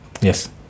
Yes